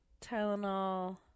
Tylenol